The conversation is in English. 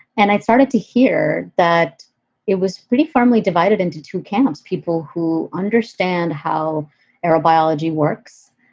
and i started to hear that it was pretty firmly divided into two camps, people who understand how ah biology works,